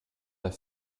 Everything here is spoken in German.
der